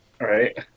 right